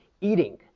eating